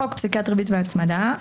החוק פסיקת ריבית והצמדה,